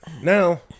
now